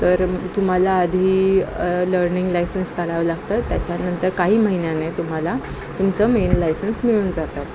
तर तुम्हाला आधी लर्निंग लायसन्स काढावं लागतं त्याच्यानंतर काही महिन्याने तुम्हाला तुमचं मेन लायसन्स मिळून जातं